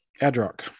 Adrock